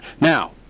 Now